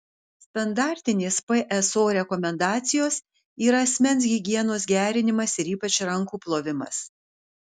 standartinės pso rekomendacijos yra asmens higienos gerinimas ir ypač rankų plovimas